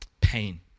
pain